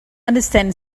understand